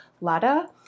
Lada